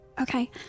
Okay